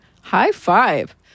High-five